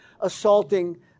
assaulting